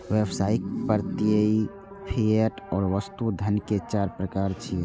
व्यावसायिक, प्रत्ययी, फिएट आ वस्तु धन के चार प्रकार छियै